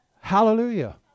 Hallelujah